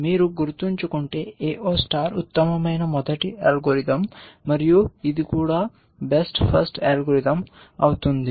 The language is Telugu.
మీరు గుర్తుంచుకుంటే AO స్టార్ ఉత్తమమైన మొదటి అల్గోరిథం మరియు ఇది కూడా బెస్ట్ ఫస్ట్ అల్గోరిథం అవుతుంది